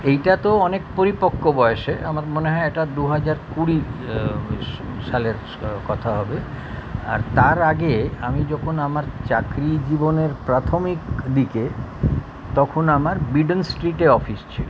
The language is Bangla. এইটা তো অনেক পরিপক্ক বয়েসে আমার মনে হয় এটা দু হাজার কুড়ি সো সালের কথা হবে আর তার আগে আমি যখন আমার চাকরি জীবনের প্রাথমিক দিকে তখন আমার বিডন স্ট্রিটে অফিস ছিলো